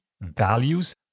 values